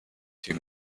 too